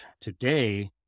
Today